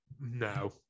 No